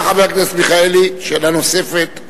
חבר הכנסת מיכאלי, בבקשה שאלה נוספת.